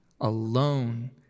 alone